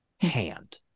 hand